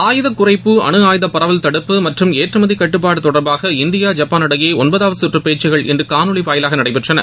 ஆயுதக்குறைப்பு அனுஆயுதபரவல் தடுப்பு மற்றம் ஏற்றமதி கட்டுப்பாடு தொடர்பாக இந்தியா ஜப்பான் இடையே ஒன்பதாவது சுற்று பேச்சுகள் இன்று காணொலி வாயிலாக நடைபெற்றன